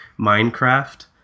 Minecraft